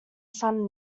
son